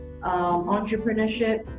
entrepreneurship